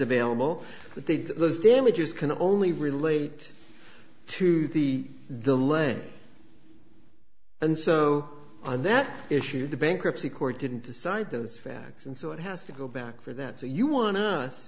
available but they did those damages can only relate to the the lead and so on that issue the bankruptcy court didn't decide those facts and so it has to go back for that so you want